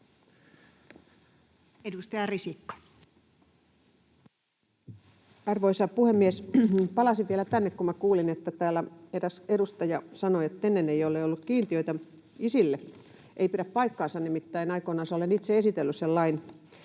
Edustaja Risikko. Arvoisa puhemies! Palasin vielä tänne, kun kuulin, että täällä eräs edustaja sanoi, että ennen ei ole ollut kiintiöitä isille. Ei pidä paikkaansa, nimittäin aikoinansa olen itse esitellyt sen lain.